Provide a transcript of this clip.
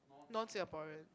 non Singaporean